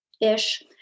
ish